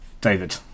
David